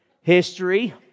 History